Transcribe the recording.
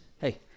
Hey